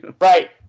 Right